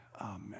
amen